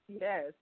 Yes